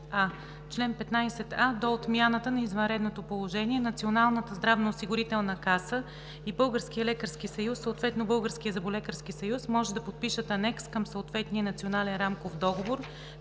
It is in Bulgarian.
„Чл. 15а. До отмяната на извънредното положение Националната здравноосигурителна каса и Българският лекарски съюз, съответно Българският зъболекарски съюз може да подпишат анекс към съответния Национален рамков договор,